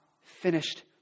finished